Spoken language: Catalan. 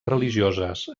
religioses